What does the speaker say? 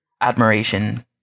admiration